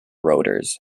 rotors